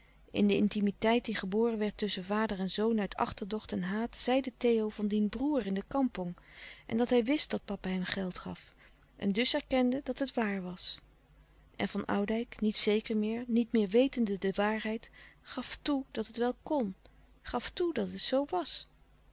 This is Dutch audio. in de intimiteit die geboren werd tusschen vader en zoon uit achterdocht en haat zeide theo van dien broêr in de kampong en dat hij wist dat papa hem geld gaf en dus erkende louis couperus de stille kracht dat het waar was en van oudijck niet zeker meer niet meer wetende de waarheid gaf toe dat het wel kon gaf toe dat het zoo was